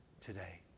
today